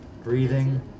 Breathing